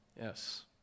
Yes